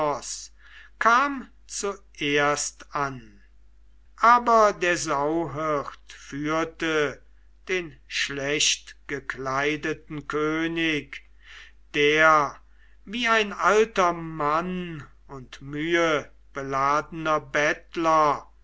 kam zuerst an aber der sauhirt führte den schlechtgekleideten könig der wie ein alter mann und mühebeladener bettler